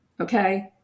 okay